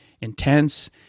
intense